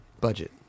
Budget